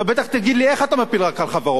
אתה בטח תגיד לי: איך אתה מפיל רק על חברות?